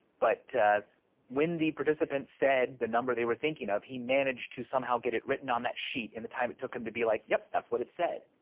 but when the participants said the number they were thinking of he managed to somehow get it written on that sheet and the time it took him to be like, yep, that's what it said,